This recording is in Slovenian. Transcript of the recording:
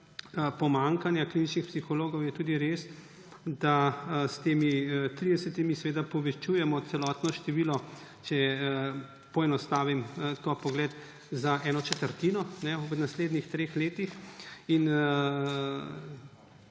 pomanjkanja kliničnih psihologov, je tudi res, da s temi 30 povečujemo celotno število, če poenostavim ta pogled, za eno četrtino v naslednjih treh letih.